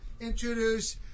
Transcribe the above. introduce